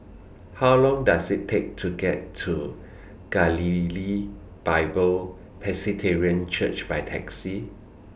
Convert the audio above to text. How Long Does IT Take to get to Galilee Bible Presbyterian Church By Taxi